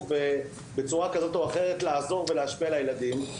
בצורה כזאת או אחרת לעזור ולהשפיע על הילדים,